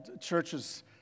Churches